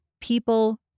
people